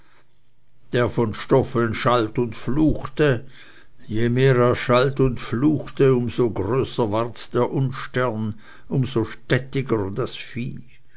der von stoffeln schalt und fluchte je mehr er schalt und fluchte um so größer ward der unstern um so stättiger das vieh